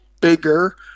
bigger